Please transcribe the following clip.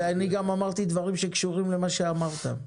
אמרתי דברים שקשורים למה שאמרת.